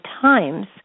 times